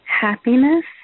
happiness